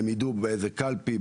הם ידעו באיזה קלפי,